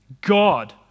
God